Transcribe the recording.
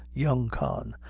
young con,